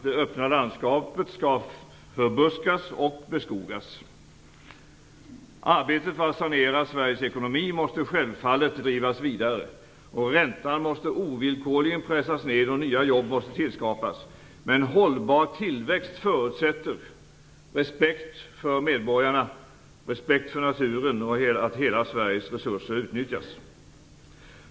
Det öppna landskapet skall förbuskas och beskogas. Arbetet för att sanera Sveriges ekonomi måste självfallet drivas vidare. Räntan måste ovillkorligen pressas ned, och nya jobb måste tillskapas, men en hållbar tillväxt förutsätter en respekt för medborgarna och naturen och att hela Sveriges resurser utnyttjas.